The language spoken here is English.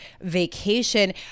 vacation